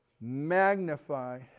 magnify